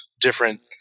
different